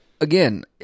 again